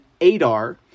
Adar